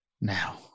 now